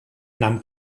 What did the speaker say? nahm